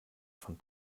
von